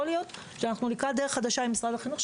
יכול להיות שאנחנו לקראת דרך חדשה עם משרד החינוך,